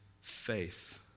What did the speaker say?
faith